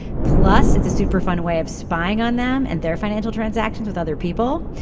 plus it's a super fun way of spying on them and their financial transactions with other people.